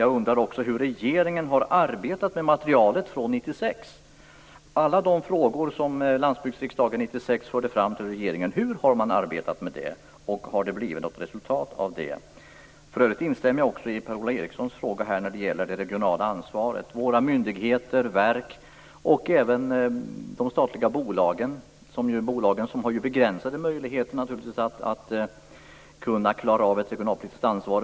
Jag undrar också hur regeringen har arbetat med materialet från 1996. Hur har man arbetat med alla de frågor som Landsbygdsriksdagen förde fram till regeringen 1996, och har det blivit något resultat av detta arbete? Jag instämmer för övrigt också i Per-Ola Erikssons fråga om det regionala ansvaret. Det gäller våra myndigheter och verk liksom även de statliga bolagen, som naturligtvis har begränsade möjligheter att ta på sig ett regionalpolitiskt ansvar.